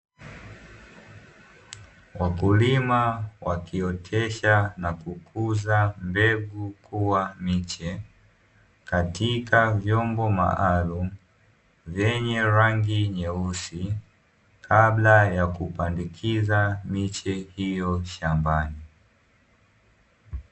Wakulima wakiotesha na kukuza mbegu kuwa miche katika vyombo maalumu vyenye rangi nyeusi, kabla ya kupandikiza miche hiyo shambani.